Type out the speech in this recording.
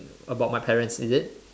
about my parents is it